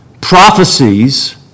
prophecies